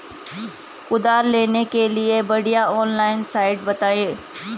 कुदाल लेने के लिए बढ़िया ऑनलाइन साइट बतायें?